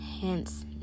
Hence